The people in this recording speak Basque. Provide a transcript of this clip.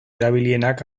erabilienak